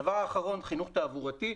הדבר האחרון, חינוך תעבורתי.